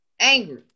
angry